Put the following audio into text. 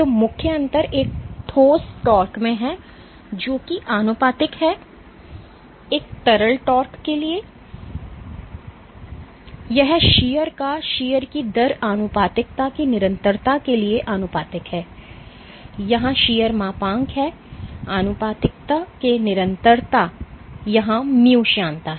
तो मुख्य अंतर एक ठोस tau में है जो किआनुपातिक है एक तरल tau के लिए यह शीयर का शीयर की दर आनुपातिकता की निरंतरता के लिए आनुपातिक है यहां शीयर मापांक है आनुपातिकता के निरंतरता यहां म्यू श्यानता है